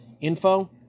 info